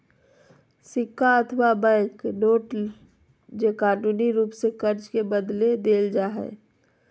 सिक्का अथवा bank note हइ जे कानूनी रूप से कर्ज के बदले देल जा हइ